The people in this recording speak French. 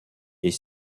est